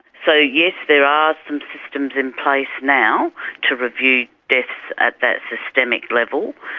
so yes, there are some systems in place now to review deaths at that systemic level.